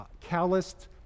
calloused